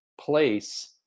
place